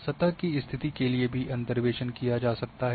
सतह की स्थिति के लिए भी अंतर्वेसन किया जा सकता हैं